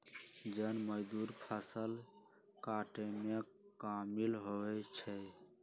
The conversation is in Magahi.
जन मजदुर फ़सल काटेमें कामिल होइ छइ